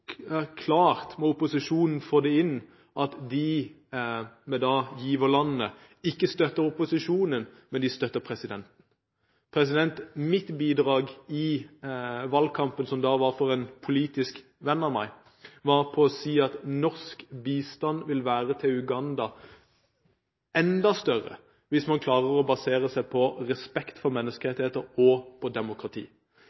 klart må opposisjonen få det inn at de, med giverlandene, ikke støtter opposisjonen, men de støtter presidenten? Mitt bidrag i valgkampen, som da var for en politisk venn av meg, var for å si at norsk bistand til Uganda vil være enda større hvis man klarer å basere seg på respekt for